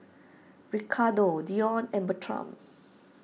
Ricardo Dion and Bertram